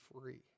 free